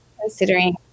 considering